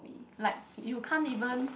like you can't even